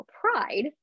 pride